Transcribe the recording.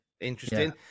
Interesting